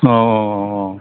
औ औ औ